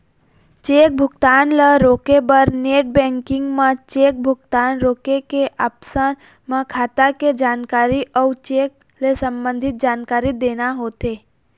cheque भुगतान ल रोके बर नेट बेंकिंग म चेक भुगतान रोके के ऑप्सन म खाता के जानकारी अउ चेक ले संबंधित जानकारी देना होथे